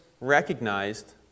recognized